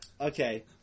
Okay